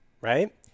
right